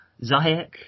Zayek